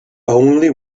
only